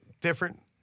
different